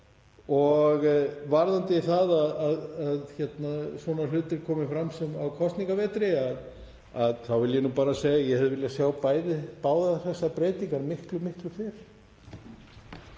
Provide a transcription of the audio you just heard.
hug. Varðandi það að svona hlutir komi fram á kosningavetri þá vil ég bara segja að ég hefði viljað sjá báðar þessar breytingar miklu fyrr.